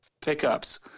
pickups